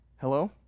Hello